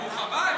ברוך הבא,